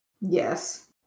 yes